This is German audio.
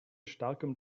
starkem